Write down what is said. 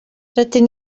rydyn